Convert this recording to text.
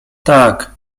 tak